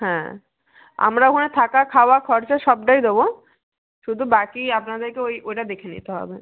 হ্যাঁ আমরা ওখানে থাকা খাওয়া খরচা সবটাই দেবো শুধু বাকি আপনাদেরকে ওই ওইটা দেখে নিতে হবে